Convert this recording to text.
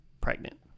Pregnant